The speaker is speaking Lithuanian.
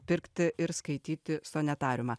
pirkti ir skaityti sonetariumą